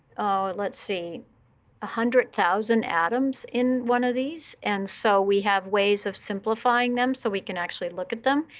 oh, let's see, one ah hundred thousand atoms in one of these. and so we have ways of simplifying them so we can actually look at them.